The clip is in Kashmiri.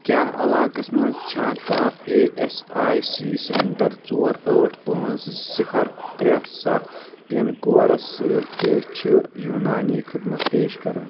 کیٛاہ علاقس مَنٛز چھا کانٛہہ A S I C centre ژور ٲٹھ پانٛژھ صفر ترے ستھ پِن کوڈس سۭتۍ تہِ چھِ یوٗنانٖی خدمت پیش کران